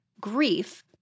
grief